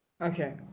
okay